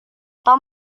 tom